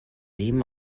leben